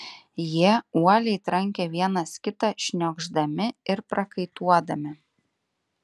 jie uoliai trankė vienas kitą šniokšdami ir prakaituodami